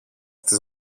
τις